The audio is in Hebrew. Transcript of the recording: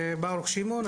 ברוך שמעון,